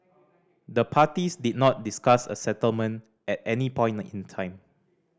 the parties did not discuss a settlement at any point in time